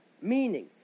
meaning